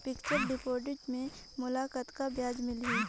Fixed deposit मे मोला कतका ब्याज मिलही?